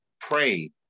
pray